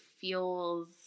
feels